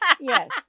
yes